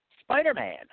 Spider-Man